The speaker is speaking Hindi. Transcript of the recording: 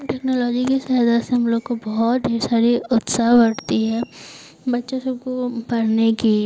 टेक्नोलॉजी की सहायता से हम लोग को बहुत ढेर सारी उत्साह बढ़ती है बच्चों सबको पढ़ने की